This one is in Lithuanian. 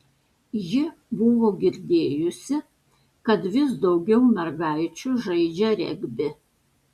ji buvo girdėjusi kad vis daugiau mergaičių žaidžią regbį